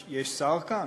יש שר כאן?